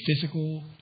physical